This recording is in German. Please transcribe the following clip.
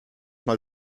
mal